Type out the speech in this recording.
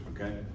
Okay